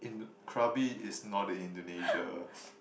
Indo~ Krabi is not in Indonesia